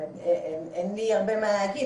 אין לי הרבה מה להגיד,